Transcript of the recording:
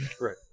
right